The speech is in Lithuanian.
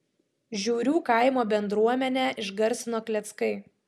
žiurių kaimo bendruomenę išgarsino kleckai